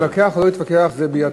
להתווכח או לא להתווכח זה בידך.